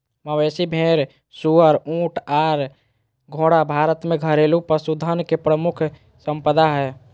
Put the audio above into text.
मवेशी, भेड़, सुअर, ऊँट आर घोड़ा भारत में घरेलू पशुधन के प्रमुख संपदा हय